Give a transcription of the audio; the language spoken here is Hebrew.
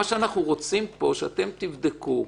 אנחנו רוצים פה שאתם תבדקו.